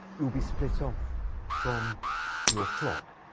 you'll be split off from your flock,